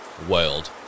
World